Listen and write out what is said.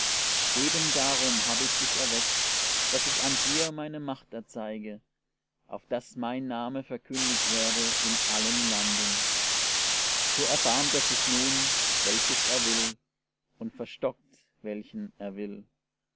pharao ebendarum habe ich dich erweckt daß ich an dir meine macht erzeige auf daß mein name verkündigt werde in allen landen so erbarmt er sich nun welches er will und verstockt welchen er will